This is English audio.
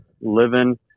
living